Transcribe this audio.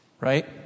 Right